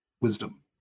wisdom